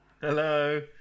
Hello